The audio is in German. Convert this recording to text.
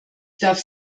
darf